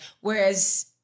Whereas